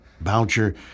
Boucher